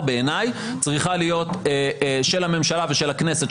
בעיניי צריכה להיות של הממשלה ושל הכנסת,